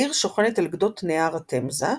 העיר שוכנת על גדות נהר התמזה,